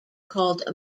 called